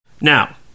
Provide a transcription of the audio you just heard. Now